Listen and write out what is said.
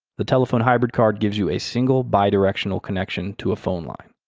the telephone hybrid card gives you a single, bi-directional connection to a phone line.